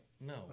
No